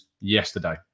yesterday